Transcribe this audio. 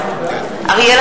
בעד אריאל